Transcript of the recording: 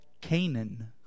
Canaan